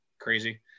crazy